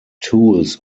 tools